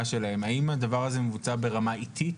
שלהם: האם הדבר הזה מבוצע ברמה איטית?